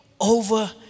over